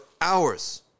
hours